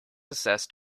assessed